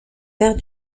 pères